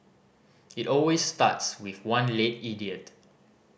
it always starts with one late idiot